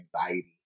anxiety